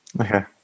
okay